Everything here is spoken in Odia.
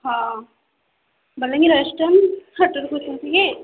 ହଁ ବଲାଙ୍ଗୀର ରେଷ୍ଟୁରାଣ୍ଟ୍ ହୋଟେଲ୍ କହୁଛନ୍ତି କି